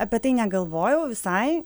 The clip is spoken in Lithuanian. apie tai negalvojau visai